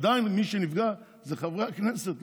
עדיין מי שנפגע זה חברי הכנסת,